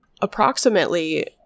Approximately